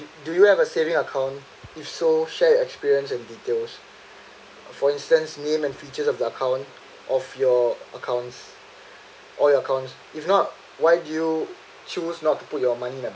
do you have a saving account if so share experience and details for instance name and features of the account of your accounts or your accounts if not why do you choose not to put your money at